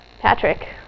Patrick